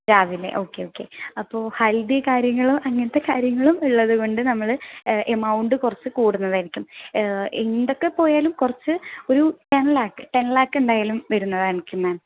രാവിലെ okay okay അപ്പോൾ ഹൽദി കാര്യങ്ങളോ അങ്ങനത്തെ കാര്യങ്ങളും ഉള്ളതുകൊണ്ട് നമ്മൾ എമൗണ്ട് കുറച്ച് കൂടുന്നതാരിക്കും എന്തോക്കെപ്പോയാലും കുറച്ച് ഒരു ടെൻ ലാക്ക് ടെൻ ലാക്ക് എന്തായാലും വരുന്നതാരിക്കും മാം